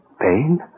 Pain